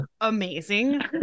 amazing